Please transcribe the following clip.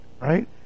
right